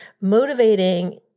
motivating